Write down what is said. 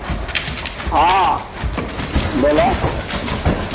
हँ बोलह